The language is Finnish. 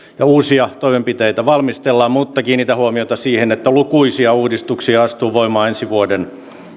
uusia toimenpiteitä valmistellaan mutta kiinnitän huomiota siihen että lukuisia uudistuksia astuu voimaan ensi vuoden